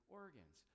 organs